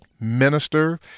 Minister